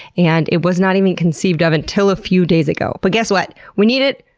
and it was not even conceived of until a few days ago. but guess what we need it,